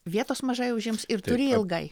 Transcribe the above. vietos mažai užims ir turi ilgai